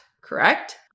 Correct